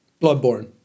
Bloodborne